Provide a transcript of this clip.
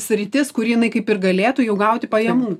sritis kur jinai kaip ir galėtų jau gauti pajamų